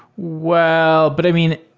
well but i mean,